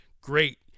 Great